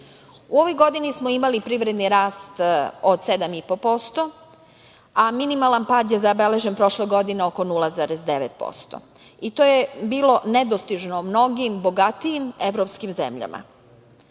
ovoj godini smo imali privredni rast od 7,5%, a minimalan pad je zabeležen prošle godine oko 0,9%. To je bilo nedostižno mnogim bogatijim evropskim